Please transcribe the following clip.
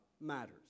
matters